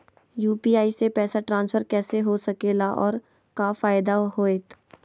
UPI से पैसा transfer कैसे हो सके ला और का फायदा होएत?